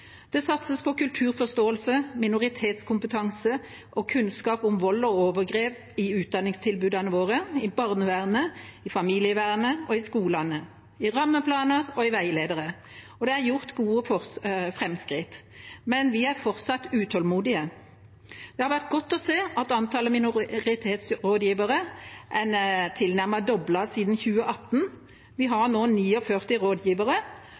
Det satses på kulturforståelse, minoritetskompetanse og kunnskap om vold og overgrep i utdanningstilbudene våre i barnevernet, i familievernet og i skolene, i rammeplaner og i veiledere. Det er gjort gode framskritt, men vi er fortsatt utålmodige. Det har vært godt å se at antallet minoritetsrådgivere er tilnærmet doblet siden 2018. Vi har nå 49 rådgivere,